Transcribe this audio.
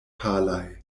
palaj